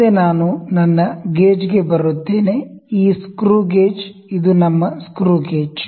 ಮುಂದೆ ನಾನು ನನ್ನ ಗೇಜ್ಗೆ ಬರುತ್ತೇನೆ ಈ ಸ್ಕ್ರೂ ಗೇಜ್ ಇದು ನಮ್ಮ ಸ್ಕ್ರೂ ಗೇಜ್